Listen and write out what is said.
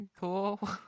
cool